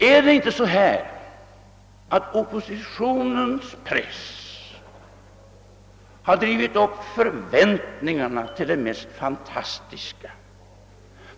Är det inte så att oppositionens press drivit upp förväntningar till den mest fantastiska höjd?